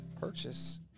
purchase